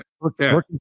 Working